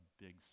big